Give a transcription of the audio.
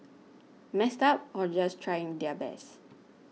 messed up or just trying their best